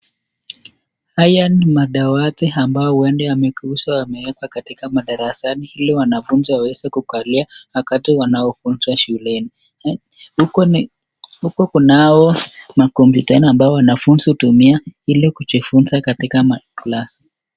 Haya ni madawati ambayo huenda yamewekwa katika madarasani ili wanafunzi waweze kukalia wakati wanaofunzwa shuleni. Huko kunao wako kompyutani wanafunzu dunia ili kujifunza katika maglasi.